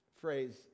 phrase